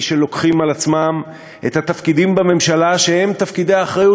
מי שלוקחים על עצמם את התפקידים בממשלה שהם תפקידי אחריות,